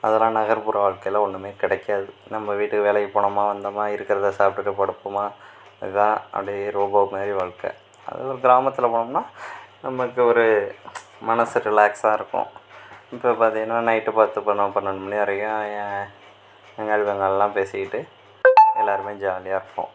அதெலாம் நகர்புற வாழ்க்கையில் ஒன்றுமே கிடைக்காது நம்ம வீட்டு வேலைக்கு போனோமா வந்தோமா இருக்கிறதை சாப்பிட்டுட்டு படுப்போமா இதுதான் அப்படியே ரோபோ மாதிரி வாழ்க்கி அதே ஒரு கிராமத்தில் போனோம்னால் நமக்கு ஒரு மனசு ரிலாக்ஸாக இருக்கும் இப்போ பார்த்திங்கன்னா நைட் பத்து பதினொன்று பன்னெண்டு மணி வரைக்கும் என் அங்காளி பங்காளிலாம் பேசிக்கிட்டு எல்லாருமே ஜாலியாக இருப்போம்